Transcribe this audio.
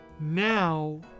now